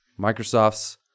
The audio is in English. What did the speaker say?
Microsoft's